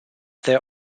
there